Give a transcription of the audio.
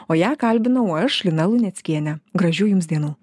o ją kalbinau aš lina luneckienė gražių jums dienų